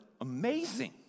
amazing